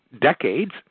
decades